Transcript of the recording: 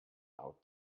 out